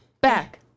back